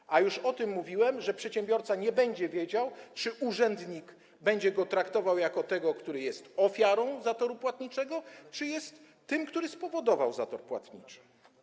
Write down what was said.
A mówiłem już o tym, że przedsiębiorca nie będzie wiedział, czy urzędnik będzie go traktował jako tego, który jest ofiarą zatoru płatniczego, czy jako tego, który spowodował zator płatniczy.